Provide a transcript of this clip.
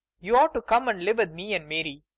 you ought to come and live with me and mary.